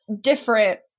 different